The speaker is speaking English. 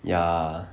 ya